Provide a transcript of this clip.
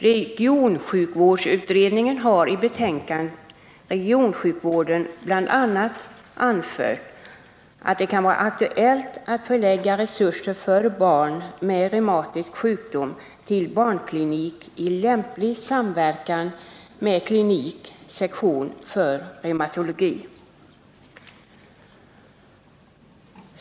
Regionsjukvårdsutredningen har i betänkandet Regionsjukvården bl.a. anfört att det kan vara aktuellt att förlägga resurser för barn med reumatisk sjukdom till barnklinik i lämplig samverkan med klinik/sektion för reumatologi.